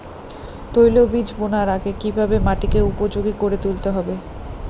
তৈলবীজ বোনার আগে কিভাবে মাটিকে উপযোগী করে তুলতে হবে?